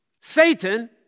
Satan